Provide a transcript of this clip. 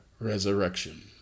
resurrection